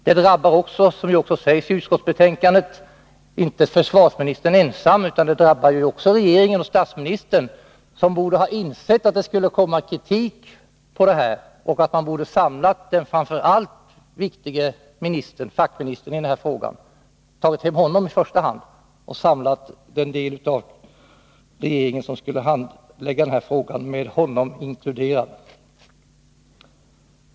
Det drabbar också, som det sägs i utskottsbetänkandet, inte försvarsministern ensam, utan det drabbar ju också regeringen och statsministern, som borde ha insett att det skulle komma kritik på detta och att man borde ha kallat hem försvarsministern i detta sammanhang och samla den del av regeringen som skulle handlägga denna fråga med honom inkluderad.